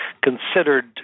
considered